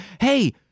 Hey